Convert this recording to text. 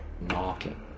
knocking